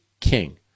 king